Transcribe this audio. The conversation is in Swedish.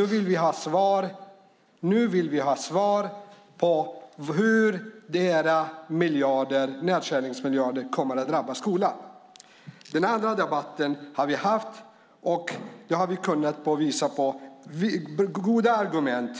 Nu vill vi ha svar på hur era miljardnedskärningar kommer att drabba skolan. Den andra debatten har vi haft, och där har vi kunnat visa goda argument